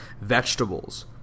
vegetables